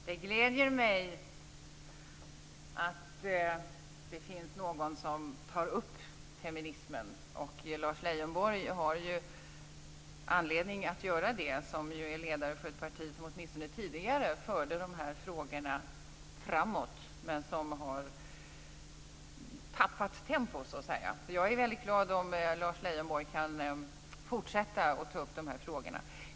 Herr talman! Det gläder mig att det finns någon som tar upp feminismen. Lars Leijonborg har anledning att göra det, då han ju är ledare för ett parti som åtminstone tidigare förde de här frågorna framåt men som har tappat tempo så att säga. Jag är väldigt glad om Lars Leijonborg kan fortsätta att ta upp de här frågorna.